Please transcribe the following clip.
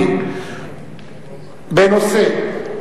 הרגילים לצפיפות ברכבת ולאי-הסדר" ונעזוב את הסערה